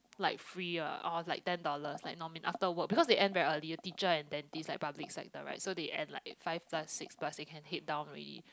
like free ah or like ten dollars like no mean after work because they end very early teacher and dentist like public sector right so they end like five plus six plus they can head down already